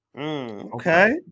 Okay